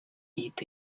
eat